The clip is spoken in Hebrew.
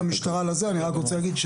אני רק רוצה להגיד,